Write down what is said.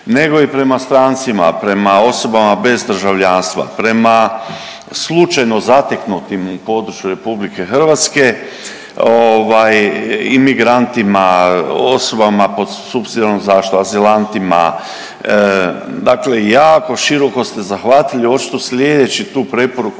nego i prema strancima, prema osobama bez državljanstva, prema slučajno zateknutim u području RH ovaj imigrantima, osobama pod supsidijarnom zaštitom, azilantima, dakle jako široko ste zahvatili, očito slijedeći tu preporuku